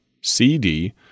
CD